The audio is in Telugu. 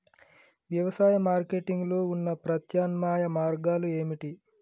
వ్యవసాయ మార్కెటింగ్ లో ఉన్న ప్రత్యామ్నాయ మార్గాలు ఏమిటి?